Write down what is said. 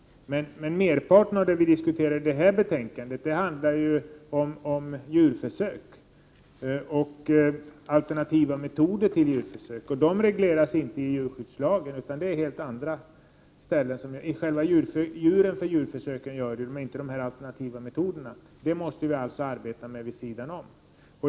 Men det betänkande vi nu behandlar handlar i huvudsak om djurförsöken och alternativa metoder för djurförsök — de senare regleras ju inte i djurskyddslagen, utan dessa måste vi arbeta med vid sidan om.